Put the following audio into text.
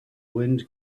wind